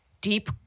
deep